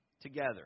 Together